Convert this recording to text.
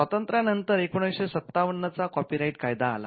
स्वातंत्र्यानंतर १९५७ चा कॉपीराइट कायदा आला